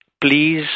please